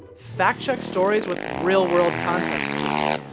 fact-check stories with real-world context clues.